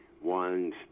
ones